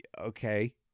okay